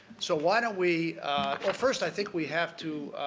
so, why don't we well, first, i think we have to